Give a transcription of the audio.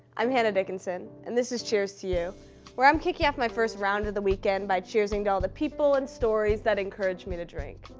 i'm hannah dickinson and this is cheers to you where i'm kicking off my first round of the weekend by cheersing to all the people and stories that encourage me to drink.